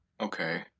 Okay